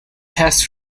passed